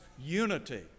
unity